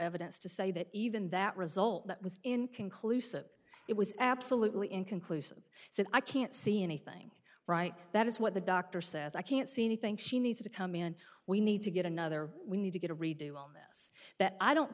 evidence to say that even that result that was inconclusive it was absolutely inconclusive he said i can't see anything right that is what the doctor says i can't see anything she needs to come in we need to get another we need to get a redo on this that i don't